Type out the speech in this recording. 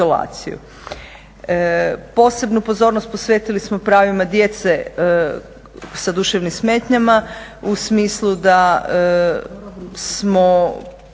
Posebnu pozornost posvetili smo pravima djece sa duševnim smetnjama u smislu da smo